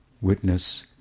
witness